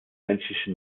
menschliche